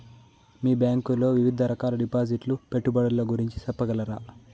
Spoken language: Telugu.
మీ బ్యాంకు లో వివిధ రకాల డిపాసిట్స్, పెట్టుబడుల గురించి సెప్పగలరా?